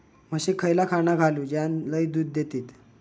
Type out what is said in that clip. म्हशीक खयला खाणा घालू ज्याना लय दूध देतीत?